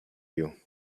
you